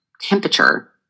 temperature